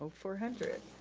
four hundred.